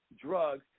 drugs